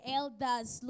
elders